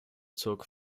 zog